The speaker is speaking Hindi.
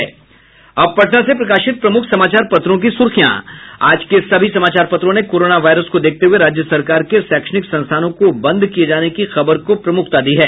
अब पटना से प्रकाशित प्रमुख समाचार पत्रों की सुर्खियां आज के सभी समाचार पत्रों ने कोरोना वायरस को देखते हुए राज्य सरकार के शैक्षणिक संस्थानों को बंद किये जाने की खबर को प्रमुखता दी है